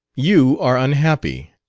you are unhappy,